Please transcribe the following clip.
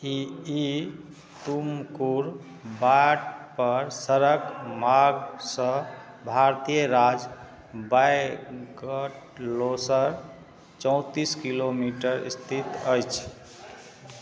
ई ई तुमकूर बाटपर सड़क मार्गसे भारतीय राज्य बैङ्गलोसे चौँतिस किलोमीटर इस्थित अछि